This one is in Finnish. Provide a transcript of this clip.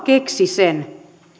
keksi sen